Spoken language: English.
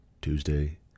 Tuesday